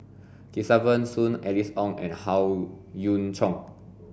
Kesavan Soon Alice Ong and Howe Yoon Chong